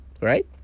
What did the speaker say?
right